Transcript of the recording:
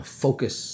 focus